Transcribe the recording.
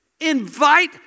Invite